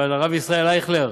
אבל, הרב ישראל אייכלר,